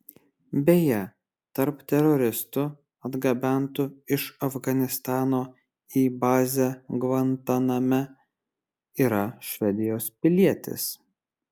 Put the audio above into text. beje tarp teroristų atgabentų iš afganistano į bazę gvantaname yra švedijos pilietis